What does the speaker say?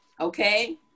Okay